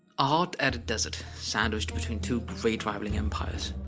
a hot arid desert, sandwiched between two great rivaling empires.